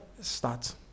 start